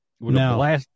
Now